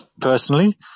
Personally